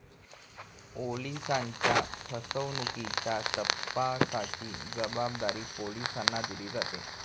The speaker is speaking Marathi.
ओलिसांच्या फसवणुकीच्या तपासाची जबाबदारी पोलिसांना दिली जाते